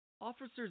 Officers